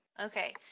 Okay